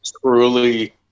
truly